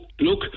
look